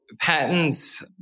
Patents